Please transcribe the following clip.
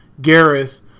Gareth